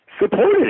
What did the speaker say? supported